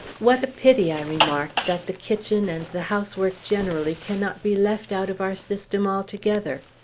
what a pity, i remarked, that the kitchen, and the housework generally, cannot be left out of our system altogether!